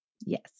Yes